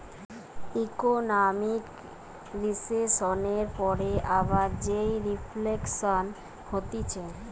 economic রিসেসনের পরে আবার যেই রিফ্লেকশান হতিছে